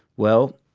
well,